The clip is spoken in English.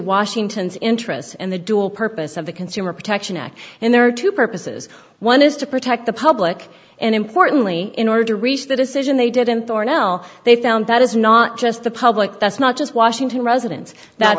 washington's interests and the dual purpose of the consumer protection act and there are two purposes one is to protect the public and importantly in order to reach the decision they did in thornhill they found that is not just the public that's not just washington residen